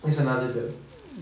there's another girl